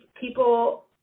people